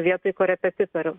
vietoj korepetitorių